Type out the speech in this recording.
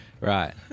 Right